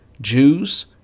Jews